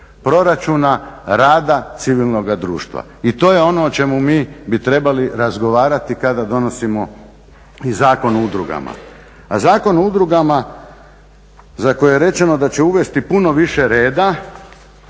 proračuna rada civilnoga društva. I to je ono o čemu mi bi trebali razgovarati kada donosimo i Zakon o udrugama. A Zakon o udrugama za koji je rečeno da će uvesti puno više reda